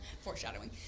Foreshadowing